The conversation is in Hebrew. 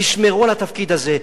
תשמרו על התפקיד הזה.